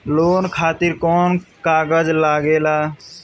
Loan खातिर कौन कागज लागेला?